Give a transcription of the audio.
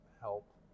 help